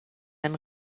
ein